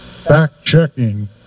Fact-checking